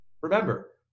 remember